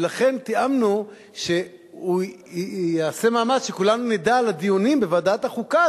ולכן תיאמנו שהוא יעשה מאמץ שכולנו נדע על הדיונים בוועדת החוקה,